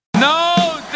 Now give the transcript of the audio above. No